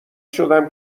شدم